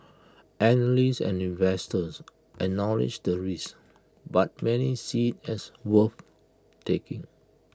analysts and investors acknowledge the risk but many see as worth taking